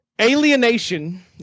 Alienation